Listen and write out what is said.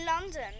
London